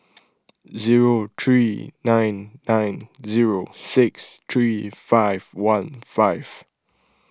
zero three nine nine zero six three five one five